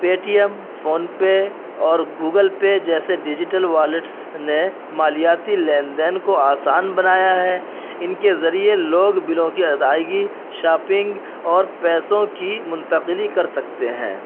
پے T M PhonePe اور Google Pay digital wallets نے مالیاتی لین دین کو آسان بنایا ہے ان کے ذریعے لوگ بلوں کی ادائیگی شاپنگ اور پیسوں کی منتقلی کر سکتے ہیں